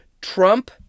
Trump